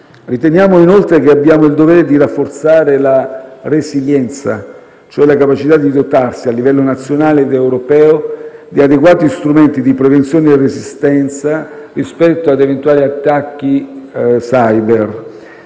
Riteniamo inoltre che abbiamo il dovere di rafforzare la resilienza, cioè la capacità di dotarsi, a livello nazionale ed europeo, di adeguati strumenti di prevenzione e resistenza rispetto ad eventuali attacchi *cyber*,